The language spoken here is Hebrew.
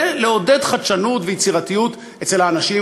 ולעודד חדשנות ויצירתיות אצל האנשים